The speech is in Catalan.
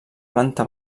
planta